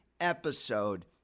episode